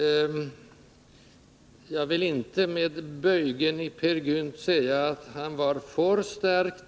Jag vill inte med Bojgen i Peer Gynt säga: ”Han var for sterk.